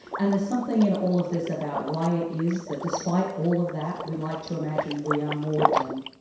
and there's something in all of this about why it is that despite all of that, we like to imagine we are more dumb.